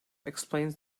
explains